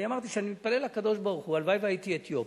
אני אמרתי שאני מתפלל לקדוש-ברוך-הוא: הלוואי שהייתי אתיופי.